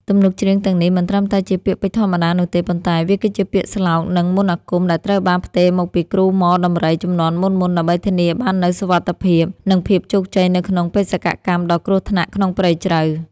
ទំនុកច្រៀងទាំងនេះមិនត្រឹមតែជាពាក្យពេចន៍ធម្មតានោះទេ ប៉ុន្តែវាគឺជាពាក្យស្លោក និងមន្តអាគមដែលត្រូវបានផ្ទេរមកពីគ្រូហ្មដំរីជំនាន់មុនៗ ដើម្បីធានាបាននូវសុវត្ថិភាព និងភាពជោគជ័យនៅក្នុងបេសកកម្មដ៏គ្រោះថ្នាក់ក្នុងព្រៃជ្រៅ។